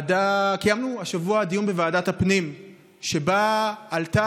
קיימנו השבוע דיון בוועדת הפנים שבו עלתה